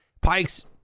Pikes